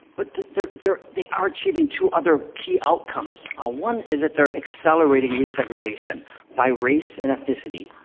but they're they're they are achieving two other key outcomes. ah one is that they're accelerating re-segregation by race and ethnicity,